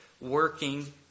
working